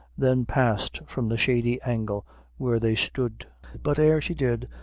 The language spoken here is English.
then passed from the shady angle where they stood but ere she did,